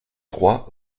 trois